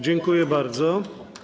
Dziękuję bardzo.